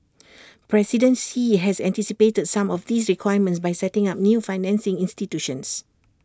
president Xi has anticipated some of these requirements by setting up new financing institutions